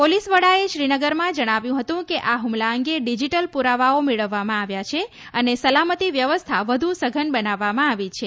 police વડાએ શ્રીનગરમાં જણાવ્યું હતું કે આ હુમલા અંગે ડિજીટલ પ્રરાવાઓ મેળવવામાં આવ્યા છે અને સલામતી વ્યવસ્થા વધુ સઘન બનાવવામાં આવી છે